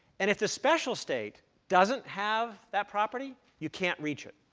and if the special state doesn't have that property, you can't reach it.